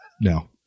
no